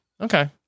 Okay